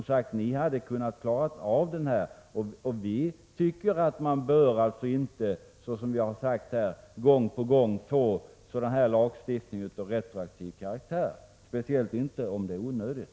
Ni hade, som sagt, kunna klara av frågan på ett annat sätt. Vi tycker alltså att det är felaktigt att gång på gång införa lagar av retroaktiv karaktär, speciellt om det är onödigt.